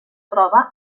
troba